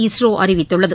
இஸ்ரோ அறிவித்துள்ளது